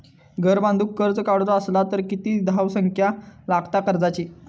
घर बांधूक कर्ज काढूचा असला तर किती धावसंख्या लागता कर्जाची?